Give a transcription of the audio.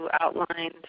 outlined